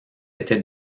était